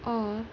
اور